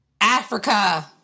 Africa